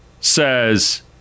says